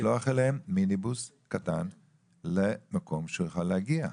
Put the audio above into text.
לשלוח אליהם מיניבוס קטן למקום שיוכלו להגיע אליו?